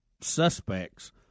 suspects